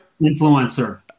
Influencer